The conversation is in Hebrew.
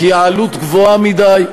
כי העלות גבוהה מדי,